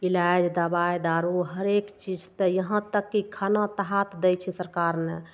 इलाज दबाइ दारू हरेक चीज तऽ यहाँ तक कि खाना